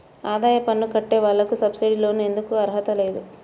ఆదాయ పన్ను కట్టే వాళ్లకు సబ్సిడీ లోన్ ఎందుకు అర్హత లేదు?